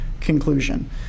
conclusion